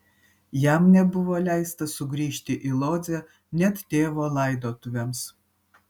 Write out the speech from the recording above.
jam nebuvo leista sugrįžti į lodzę net tėvo laidotuvėms